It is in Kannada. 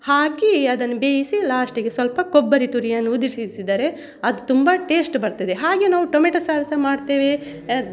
ಹಾಕಿ ಅದನ್ನು ಬೇಯಿಸಿ ಲಾಸ್ಟಿಗೆ ಸ್ವಲ್ಪ ಕೊಬ್ಬರಿ ತುರಿಯನ್ನು ಉದುರಿಸಿದರೆ ಅದು ತುಂಬಾ ಟೇಸ್ಟ್ ಬರ್ತದೆ ಹಾಗೆ ನಾವು ಟೊಮೆಟೋ ಸಾರು ಸಹ ಮಾಡ್ತೇವೆ